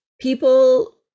people